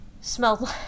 smelled